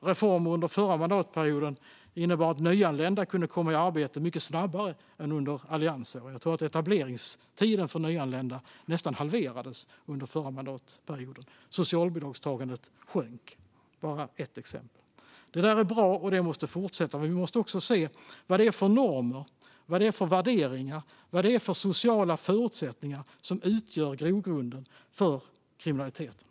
reformer under den förra mandatperioden innebar att nyanlända kunde komma i arbete mycket snabbare än under alliansåren; jag tror att etableringstiden för nyanlända nästan halverades under den förra mandatperioden. Socialbidragstagandet sjönk. Detta är bara ett exempel. Detta är bra, och det måste fortsätta. Vi måste dock också se vilka normer, värderingar och sociala förutsättningar som utgör grogrunden för kriminaliteten.